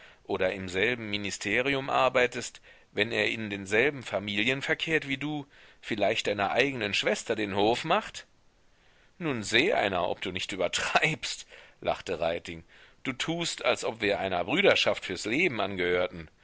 oder im selben ministerium arbeitest wenn er in denselben familien verkehrt wie du vielleicht deiner eigenen schwester den hof macht nun seh einer ob du nicht übertreibst lachte reiting du tust als ob wir einer brüderschaft fürs leben angehörten